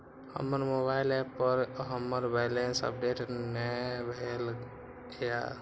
हमर mobile app पर हमर बैलेंस अपडेट ने भेल या